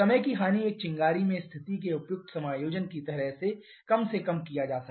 समय की हानि एक चिंगारी में स्थिति के उपयुक्त समायोजन की तरह से कम से कम किया जा सकता है